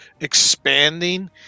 expanding